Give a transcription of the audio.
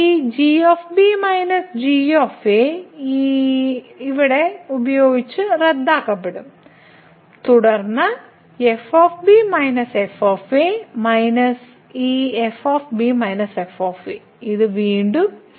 ഈ g g ഈ g g ഉപയോഗിച്ച് റദ്ദാക്കപ്പെടും തുടർന്ന് നമുക്ക് f f മൈനസ് ഈ f f ഇത് വീണ്ടും 0 ആണ്